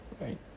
Right